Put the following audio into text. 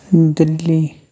Delhi